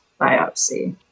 biopsy